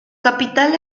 capital